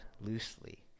loosely